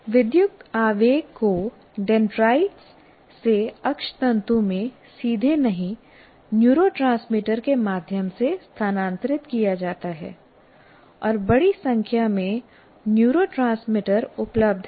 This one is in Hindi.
विद्युत आवेग को डेंड्राइट से अक्षतंतु में सीधे नहीं न्यूरोट्रांसमीटर के माध्यम से स्थानांतरित किया जाता है और बड़ी संख्या में न्यूरोट्रांसमीटर उपलब्ध हैं